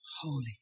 Holy